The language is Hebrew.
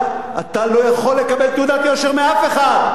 אתה לא יכול לקבל תעודת יושר מאף אחד.